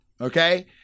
Okay